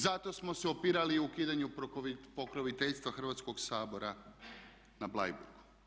Zato smo se opirali i ukidanju pokroviteljstva Hrvatskog sabora na Bleiburgu.